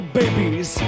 babies